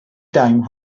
time